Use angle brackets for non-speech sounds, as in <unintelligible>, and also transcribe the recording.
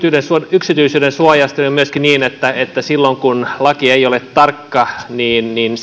yksityisyydensuojasta ja myöskin siitä että silloin kun laki ei ole tarkka niin niin <unintelligible>